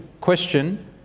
question